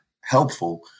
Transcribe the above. helpful